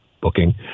booking